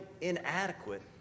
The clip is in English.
inadequate